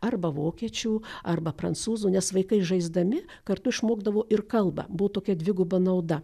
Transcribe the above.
arba vokiečių arba prancūzų nes vaikai žaisdami kartu išmokdavo ir kalbą buvo tokia dviguba nauda